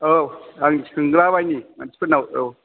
औ आं सोंलाबायनि मानसिफोरनाव